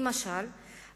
למשל,